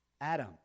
Adam